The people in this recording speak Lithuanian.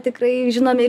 tikrai žinomi